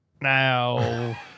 Now